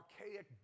archaic